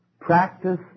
Practice